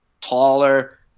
taller